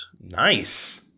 nice